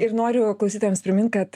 ir noriu klausytojams primint kad